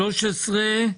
הצבעה אושר.